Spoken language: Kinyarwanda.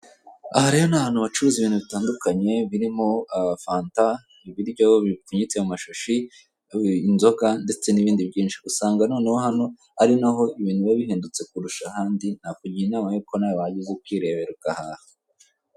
Aha rero ni ahantu bacuruza ibintu bitandukanye birimo fanta, ibiryo bipfunyitse mu mashashi, inzoga ndetse n'ibindi byinshi usanga noneho hano ari naho ibintu biba bihendutse kurusha ahandi nakugira inama ko nawe wajya uza ukirebera ugahaha.